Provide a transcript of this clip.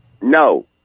No